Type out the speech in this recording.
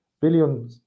billion